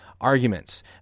arguments